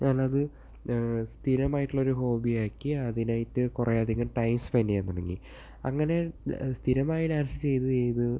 ഞാനത് സ്ഥിരമായിട്ടുള്ള ഒരു ഹോബിയാക്കി അതിനായിട്ട് കുറേ അധികം ടൈം സ്പെൻഡ് ചെയ്യാൻ തുടങ്ങി അങ്ങനെ സ്ഥിരമായി ഡാൻസ് ചെയ്ത് ചെയ്ത്